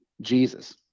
Jesus